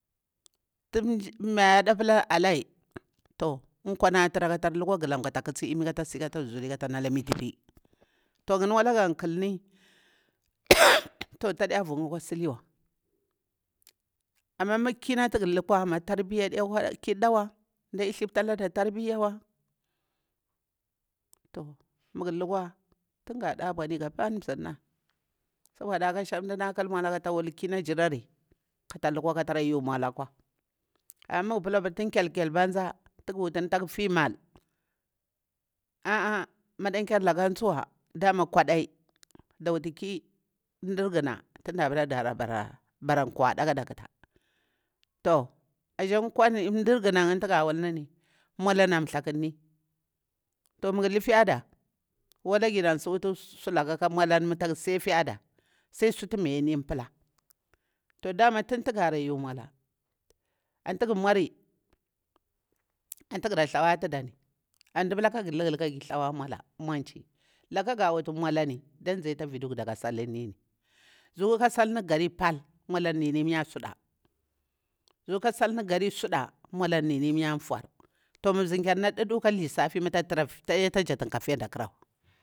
Toh tin mayada pala alai, toh nkwani a tira kata lukwa galam kata ƙusi nmi kata zuziri kata nala nmatipi. Toh ngani wallah gan kalmi toh tadah vuukha akwa siliwa. Ama maki tati guluwa ama tirabiya adwa kirdawa nɗadi thliptalada tarbiwa. Toh ngah lukwa tinga da bwan gapani bzinah. Shan ndah kal nmwalah kata wuki nah jirati kata lukwa kata yu nmwala kwa. Amah maga pilah tin kel- kel banza dugu wutini tak fimal. Aa madankyar lakan tswa dama kwadai da wutu ki ndir ginah tin ɗa palah dara bara nkwa da kada ƙuta. Toh ashi nkwani ndar gina ngani tiga wulni ngani. nmwalani an nthlakurni si wutu suka ka miralan mah tak sifiya dah, sai sutu miyini palah. Toh dama tin tigara yu nmwalah ati gu nmwari, ati gara thlawa tidani, andi palah kagu lulgu li kagu thlawanmwal, nmwala laka gawati nmwalani da nzi ta vidugu daka salini, zuku ka salni gari pal nmwalan nini miya sudah. Zuƙukah sai gari miya suda nmwala nini miya nfur. Toh mah bzinkiyar na ɗuɗa kah lisafi mah tak tira taditla jak kah afiyanda ƙarawa